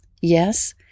Yes